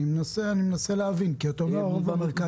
אני מנסה להבין כי אתה אומר הרוב במרכז.